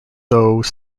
dough